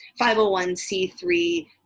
501c3